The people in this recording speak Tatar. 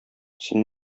син